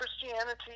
Christianity